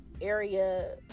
area